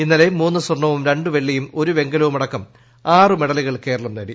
ഇന്നലെ മൂന്ന് സ്വർണവും രണ്ട് വെള്ളിയും ഒരു വെങ്കലവും അടക്കം ആറു മെഡലുകൾ കേരളം നേടി